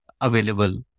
available